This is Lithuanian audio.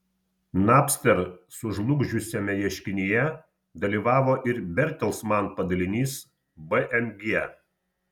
napster sužlugdžiusiame ieškinyje dalyvavo ir bertelsman padalinys bmg